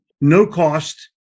no-cost